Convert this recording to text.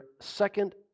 second